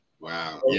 Wow